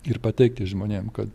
ir pateikti žmonėm kad